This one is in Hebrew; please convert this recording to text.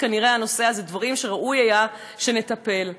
הנושא הזה כנראה דברים שראוי היה שנטפל בהם.